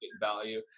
value